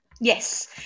Yes